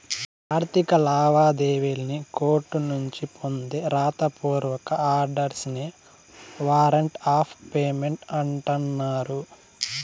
ఆర్థిక లావాదేవీల్లి కోర్టునుంచి పొందే రాత పూర్వక ఆర్డర్స్ నే వారంట్ ఆఫ్ పేమెంట్ అంటన్నారు